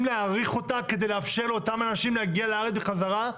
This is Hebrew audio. להאריך אותה כדי לאפשר לאותם אנשים להגיע לארץ בחזרה,